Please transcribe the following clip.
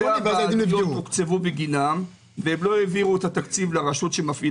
העבירו את התקציב לרשות שמפעילה את השירות.